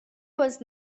was